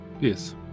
Yes